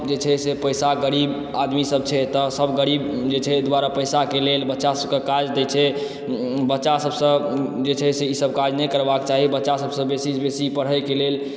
जे छै से पैसा गरीब आदमीसभ छै तऽ सभ गरीब जे छै एहि दुआरे पैसाके लेल बच्चासभकेँ काज दय छै बच्चासभसँ जे छै से ईसभ काज नहि करेबाक चाही बच्चासभसँ बेसीसँ बेसी पढ़यके लेल